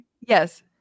Yes